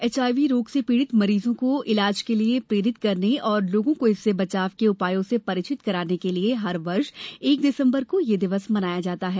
HIV रोग से पीड़ित मरीजों को ईलाज के लिए प्रेरित करने और लोगों को इससे बचाव के उपायों से परिचित कराने के लिए हर वर्ष एक दिसंबर को यह दिवस मनाया जाता है